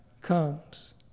comes